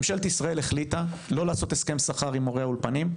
ממשלת ישראל החליטה לא לעשות הסכם שכר עם מורי האולפנים,